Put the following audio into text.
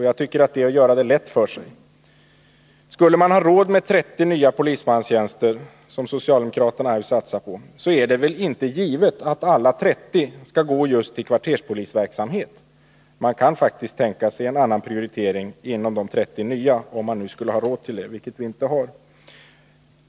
Jag tycker att detta är att göra det lätt för sig. Skulle man ha råd med 30 nya polismanstjänster, som socialdemokraterna vill satsa på, är det väl inte givet att alla 30 skall gå till just kvarterspolisverksamhet. Man kan faktiskt tänka sig en annan prioritering inom ramen för de 30 nya tjänsterna, om vi skulle ha råd med det antalet, vilket vi inte har.